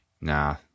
nah